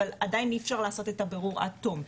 אבל עדיין אי אפשר לעשות את הבירור עד תום,